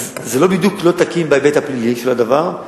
אז זה לא בדיוק לא תקין בהיבט הפלילי של הדבר,